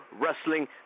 wrestling